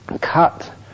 cut